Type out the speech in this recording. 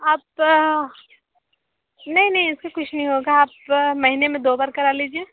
आप नहीं नहीं इससे कुछ नहीं होगा आप महीने में दो बार करा लीजिए